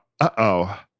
uh-oh